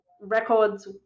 records